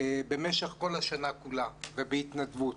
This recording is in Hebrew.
במשך כל השנה כולה ועושים זאת בהתנדבות